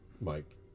Mike